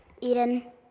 Eden